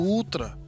Ultra